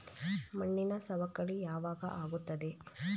ಮಣ್ಣಿನ ಸವಕಳಿ ಯಾವಾಗ ಆಗುತ್ತದೆ?